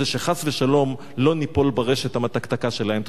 כדי שחס ושלום לא ניפול ברשת המתקתקה שלהם.